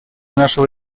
нашего